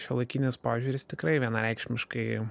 šiuolaikinis požiūris tikrai vienareikšmiškai